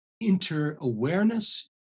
inter-awareness